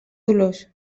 dolors